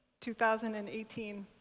2018